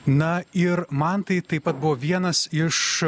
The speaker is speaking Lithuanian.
na ir man tai taip pat buvo vienas iš